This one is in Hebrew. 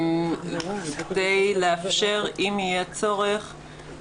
אם יהיה צורך,